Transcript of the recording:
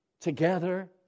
together